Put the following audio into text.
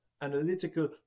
analytical